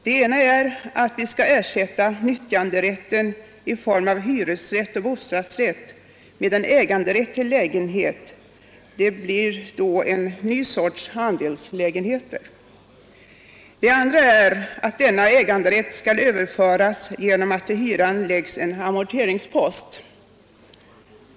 Det ena är att vi skall ersätta nyttjanderätten i form av hyresrätt och bostadsrätt med en äganderätt till lägenhet — en ny sorts andelslägenheter. Det andra är att denna äganderätt skall överföras till den boende genom att i hyran läggs in en amorteringspost.